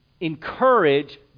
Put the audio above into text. encourage